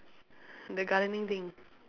the gardening thing